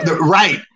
Right